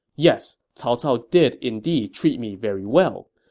yes, cao cao did indeed treat me very well,